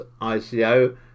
ICO